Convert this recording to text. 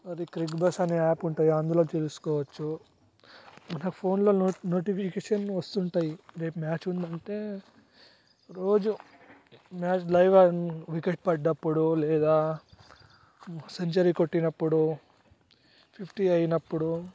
అది క్రిక్బజ్ అనే యాప్ ఉంటుంది అందులో తెలుసుకోవచ్చు మన ఫోన్లో నో నోటిఫికేషన్ వస్తుంటాయి రేపు మ్యాచ్ ఉంది అంటే రోజు మ్యాచ్ వికెట్ పడినపుడు లేదా సెంచరీ కొట్టినప్పుడు ఫిఫ్టీ అయినప్పుడు